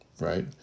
Right